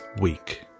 Week